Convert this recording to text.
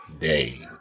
day